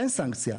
אין סנקציה.